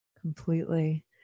Completely